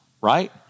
right